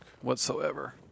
Whatsoever